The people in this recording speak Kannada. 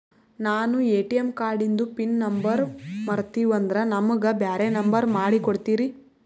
ನಾನು ಎ.ಟಿ.ಎಂ ಕಾರ್ಡಿಂದು ಪಿನ್ ನಂಬರ್ ಮರತೀವಂದ್ರ ನಮಗ ಬ್ಯಾರೆ ನಂಬರ್ ಮಾಡಿ ಕೊಡ್ತೀರಿ?